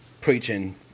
preaching